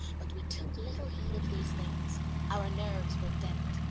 but we took little heed of these things our nerves were deadened,